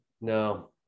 no